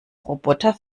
roboter